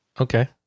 Okay